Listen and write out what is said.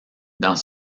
dans